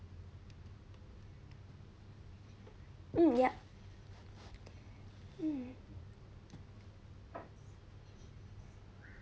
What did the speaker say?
mm yup mm